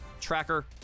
tracker